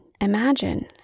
imagine